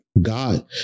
God